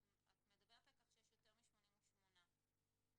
את מדברת על כך שיש יותר מ-88 ומהנתונים